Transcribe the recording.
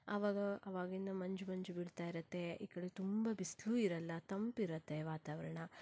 ಆವಾಗ ಆವಾಗಿನ್ನು ಮಂಜು ಮಂಜು ಬೀಳ್ತಾ ಇರತ್ತೆ ಈ ಕಡೆ ತುಂಬ ಬಿಸಿಲೂ ಇರಲ್ಲ ತಂಪಿರತ್ತೆ ವಾತಾವರಣ